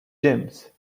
james